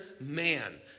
man